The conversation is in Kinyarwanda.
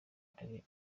hari